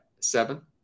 seven